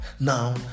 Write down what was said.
Now